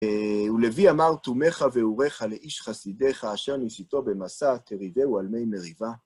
וללוי אמר תומיך ואוריך על איש חסידך, אשר ניסיתו במסע, תריבהו על מי מריבה.